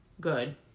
good